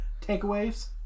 takeaways